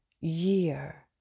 year